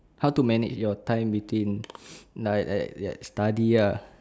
how to manage your time between like that that study ah